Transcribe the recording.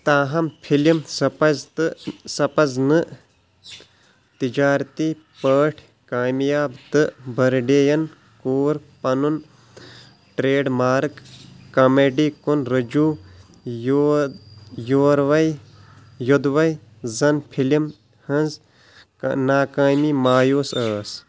تاہم فلم سپٕز تہٕ سپٕز نہٕ تجارتی پٲٹھۍ کامیاب تہٕ بٔرٕڈے یَن کور پنُن ٹرٛیڈ مارٕک کامیٚڈی کُن رجوع یو یوروَے یودوَے زَن فِلم ہٕنٛز ناکٲمی مایوٗس ٲس